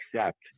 accept